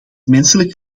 menselijk